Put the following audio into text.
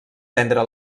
prendre